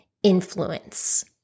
Influence